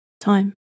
time